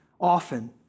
often